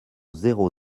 zéro